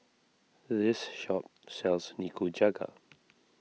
this shop sells Nikujaga